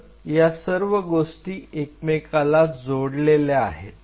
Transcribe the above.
तर या सर्व गोष्टी एकमेकाला जोडल्या आहेत